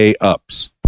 ups